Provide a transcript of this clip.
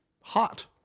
Hot